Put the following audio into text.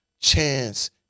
chance